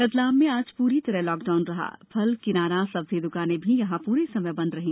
रतलाम में आज पूरी तरह लॉकडाउन रहा फल किराना सब्जी द्वकानें भी यहां पूरे समय बंद रहीं